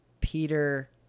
Peter